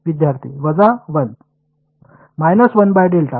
विद्यार्थी वजा 1